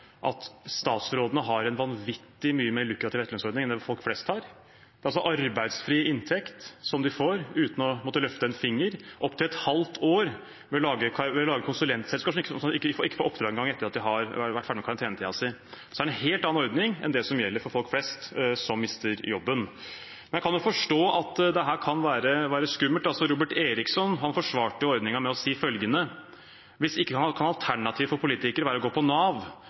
at statsrådene har en vanvittig mye mer lukrativ etterlønnsordning enn det folk flest har. De får altså arbeidsfri inntekt uten å måtte løfte en finger opptil et halvt år ved å lage konsulentselskaper, som ikke engang har fått oppdrag etter at de er ferdige med karantenetiden sin. Så det er en helt annen ordning enn det som gjelder for folk flest som mister jobben. Jeg kan forstå at dette kan være skummelt. Robert Eriksson forsvarte ordningen med å si følgende: Hvis ikke kan alternativet for politikere være å gå på Nav